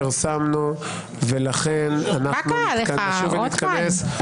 מה קרה לך, רוטמן?